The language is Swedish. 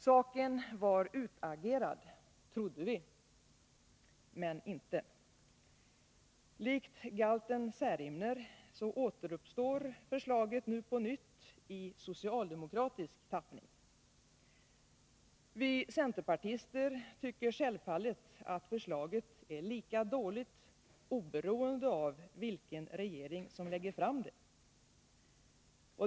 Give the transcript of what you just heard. Saken var utagerad, trodde vi. Men inte. Likt galten Särimner återuppstår förslaget på nytt — nu i socialdemokratisk tappning. Vi centerpartister tycker självfallet att förslaget är lika dåligt oberoende av vilken regering som lägger fram det.